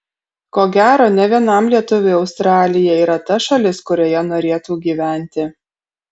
ko gero ne vienam lietuviui australija yra ta šalis kurioje norėtų gyventi